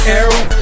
arrow